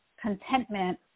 contentment